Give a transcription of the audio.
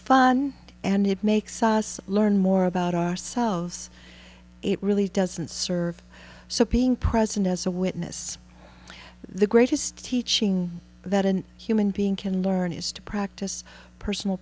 fun and it makes us learn more about ourselves it really doesn't serve so being present as a witness the greatest teaching that an human being can learn is to practice personal